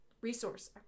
resource